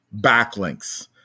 backlinks